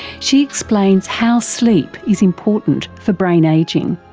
she explains how sleep is important for brain ageing.